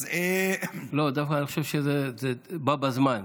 לא, אני חושב שזה בא בזמן.